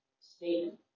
statement